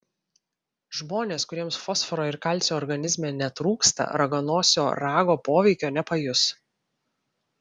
žmonės kuriems fosforo ir kalcio organizme netrūksta raganosio rago poveikio nepajus